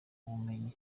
bumenyi